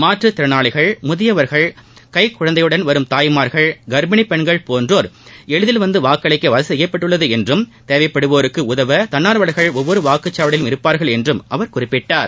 மாற்றுத்திறனாளிகள் முதியவர்கள் கைக்குழந்தையுடன் வரும் தாய்மார்கள் கர்ப்பிணி பெண்கள் போன்றோர் எளிதில் வந்து வாக்களிக்க வசதி செய்யப்பட்டுள்ளது என்றும் தேவைப்படுவோருக்கு உதவ தன்னார்வலர்கள் ஒவ்வொரு வாக்குச்சாவடியிலும் இருப்பார்க்ள என்றும் அவர் குறிப்பிட்டார்